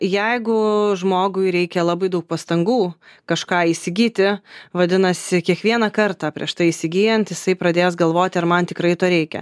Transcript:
jeigu žmogui reikia labai daug pastangų kažką įsigyti vadinasi kiekvieną kartą prieš tai įsigyjant jisai pradės galvoti ar man tikrai to reikia